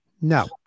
No